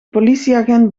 politieagent